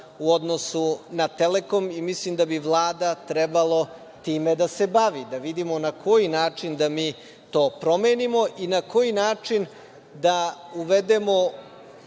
u odnosu na Telekom i mislim da bi Vlada trebalo time da se bavi, da vidimo na koji način da mi to promenimo i na koji način da uvedemo